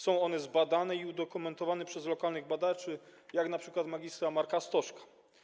Są one zbadane i udokumentowane przez lokalnych badaczy, jak np. mgr. Marka Stoszka.